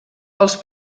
els